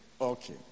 Okay